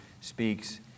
speaks